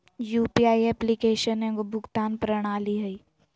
UPI application एगो भुगतान प्रणाली हइ